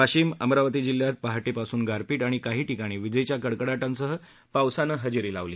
वाशिम अमरावती जिल्ह्यात पहाटे पासून गारपीट आणि काही ठिकाणी विजेच्या कडकडाटासह पावसानं हजेरी लावली